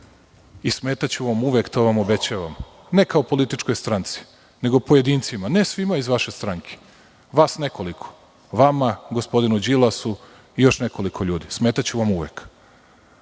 i smetaću vam uvek, to vam obećavam, ne kao političkoj stranci, nego pojedincima, ne svima iz vaše stranke, vas nekoliko, vama, gospodinu Đilasu i još nekoliko ljudi. Smetaću vam uvek.